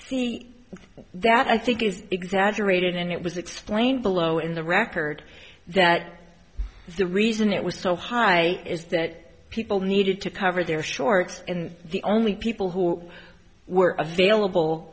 see that i think is exaggerated and it was explained below in the record that the reason it was so high is that people needed to cover their shorts and the only people who were available